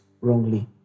wrongly